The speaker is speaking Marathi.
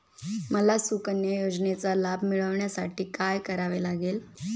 मला सुकन्या योजनेचा लाभ मिळवण्यासाठी काय करावे लागेल?